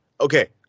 Okay